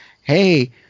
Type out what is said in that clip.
Hey